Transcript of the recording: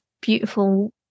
beautiful